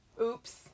Oops